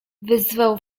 wyzywał